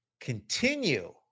continue